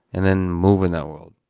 and then move in that world.